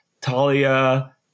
talia